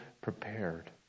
prepared